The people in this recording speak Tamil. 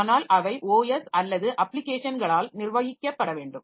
ஆனால் அவை OS அல்லது அப்பிளிகேஷன்களால் நிர்வகிக்கப்பட வேண்டும்